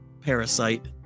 parasite